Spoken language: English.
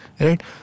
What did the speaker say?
right